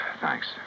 Thanks